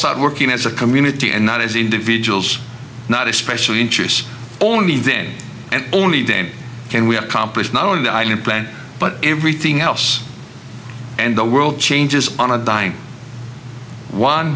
start working as a community and not as individuals not a special interest only then and only then can we accomplish not only i new plan but everything else and the world changes on a dying one